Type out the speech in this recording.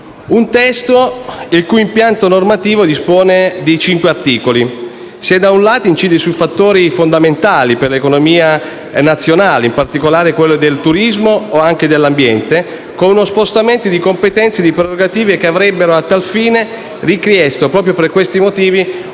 necessaria. L'impianto normativo dispone di cinque articoli. Se da un lato, incide su fattori fondamentali per l'economia nazionale (in particolare, quelli del turismo o dell'ambiente), con uno spostamento di competenze e di prerogative che avrebbero, a tal fine, richiesto, proprio per siffatti motivi,